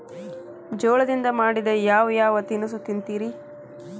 ಜೋಳದಿಂದ ಮಾಡಿದ ಯಾವ್ ಯಾವ್ ತಿನಸು ತಿಂತಿರಿ?